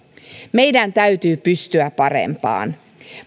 meidän täytyy pystyä parempaan